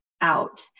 out